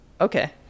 Okay